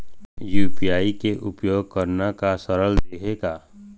UPI के उपयोग करना का सरल देहें का?